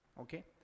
Okay